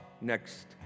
next